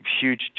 huge